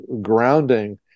grounding